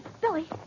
Billy